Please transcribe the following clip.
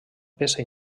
peça